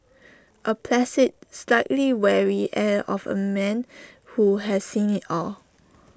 A placid slightly weary air of A man who has seen IT all